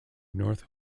north